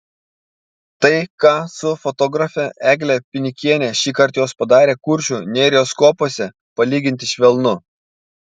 tai ką su fotografe egle pinikiene šįkart jos padarė kuršių nerijos kopose palyginti švelnu